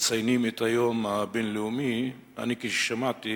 מציינים את היום הבין-לאומי, אני, כששמעתי